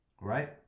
right